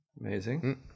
Amazing